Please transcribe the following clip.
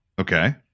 Okay